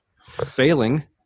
failing